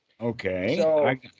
okay